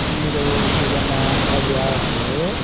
मेरो शुभ नाम अभ्यास हो